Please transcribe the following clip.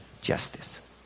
justice